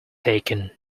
aching